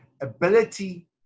ability